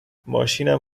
ماشینم